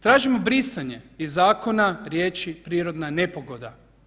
Tražimo brisanje iz zakona riječi prirodna nepogoda.